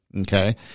Okay